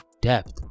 depth